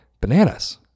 bananas